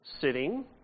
sitting